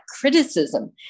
criticism